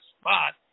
spot